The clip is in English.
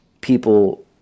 people